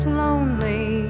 lonely